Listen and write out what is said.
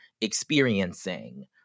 experiencing